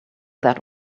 that